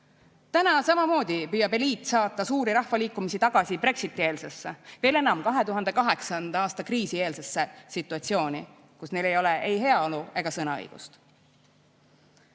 Täna samamoodi püüab eliit saata suuri rahvaliikumisi tagasi Brexiti-eelsesse, veel enam, 2008. aasta kriisi eelsesse situatsiooni, kus neil pole ei heaolu ega sõnaõigust. Mõningad